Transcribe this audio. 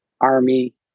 Army